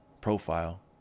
profile